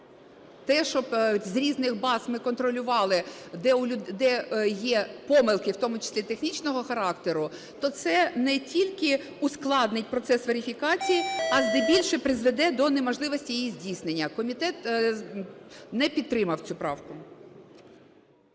те, щоб з різних баз ми контролювали, де є помилки, в тому числі технічного характеру, то це не тільки ускладнить процес верифікації, а здебільше призведе до неможливості здійснення. Комітет не підтримав цю правку.